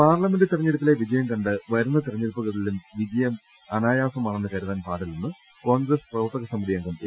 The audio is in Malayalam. പാർലമെന്റ് തെരഞ്ഞെടുപ്പിലെ വിജയം കണ്ട് വരുന്ന തെരഞ്ഞെ ടുപ്പുകളിലും വിജയം അനായാസമാണെന്ന് കരുതാൻ പാടില്ലെന്ന് കോൺഗ്രസ് പ്രവർത്തക സമിതി അംഗം എ